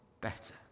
better